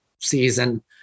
season